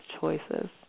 choices